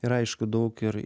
ir aišku daug ir